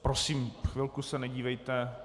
Prosím, chvilku se nedívejte .